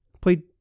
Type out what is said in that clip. played